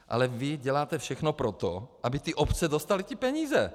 Ale vy děláte všechno pro to, aby obce nedostaly peníze.